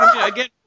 again